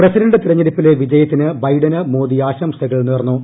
president തെരഞ്ഞെടുപ്പിലെ വിജയത്തിന് ബൈഡന് മോദി ആശംസകൾ നേർന്നു